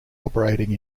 operating